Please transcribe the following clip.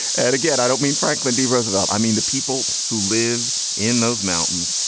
and again, i don't mean franklin d roosevelt. i mean the people who live in those mountains.